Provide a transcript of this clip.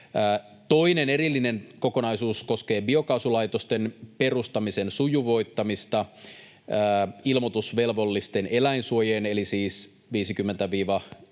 Toinen erillinen kokonaisuus koskee biokaasulaitosten perustamisen sujuvoittamista ilmoitusvelvollisten eläinsuojien eli siis 50—299